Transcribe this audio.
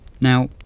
Now